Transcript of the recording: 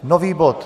Nový bod.